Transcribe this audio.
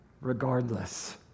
regardless